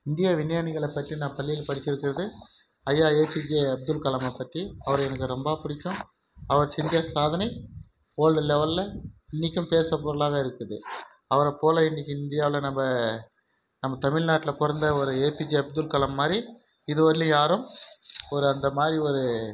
இந்திய விஞ்ஞானிகளை பற்றி நான் பள்ளியில் படிச்சுருக்கறது ஐயா ஏபிஜே அப்துல்கலாம பற்றி அவர் எனக்கு ரொம்ப பிடிக்கும் அவர் செஞ்ச சாதனை வேல்டு லெவலில் இன்னிக்கும் பேசும் பொருளாக இருக்குது அவரைப் போல இன்றைக்கி இந்தியாவில் நம்ப நம்ம தமிழ்நாட்டில் பிறந்த ஒரு ஏபிஜே அப்துல்கலாம் மாதிரி இது வர்லையும் யாரும் ஒரு அந்த மாதிரி ஒரு